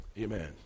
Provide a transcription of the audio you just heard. Amen